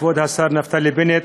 כבוד השר נפתלי בנט,